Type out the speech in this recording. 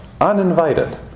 uninvited